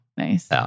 Nice